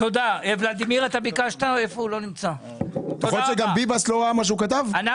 יכול להיות שביבס לא קרא על מה הוא חתם?